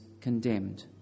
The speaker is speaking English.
condemned